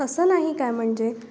तसं नाही काय म्हणजे